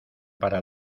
para